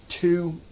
two